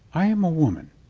i am a woman,